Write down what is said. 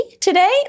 today